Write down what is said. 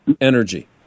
energy